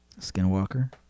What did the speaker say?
Skinwalker